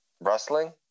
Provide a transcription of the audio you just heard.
wrestling